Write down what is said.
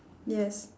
yes